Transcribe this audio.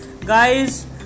guys